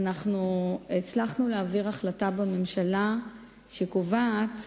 ואנחנו הצלחנו להעביר החלטה בממשלה שקובעת,